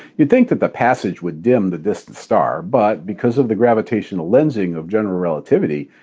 you'd think that the passage would dim the distant star, but, because of the gravitational lensing of general relativity,